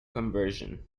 conversion